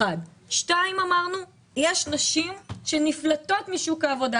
שנית אמרנו שיש נשים שנפלטות משוק העבודה